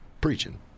preaching